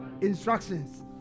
instructions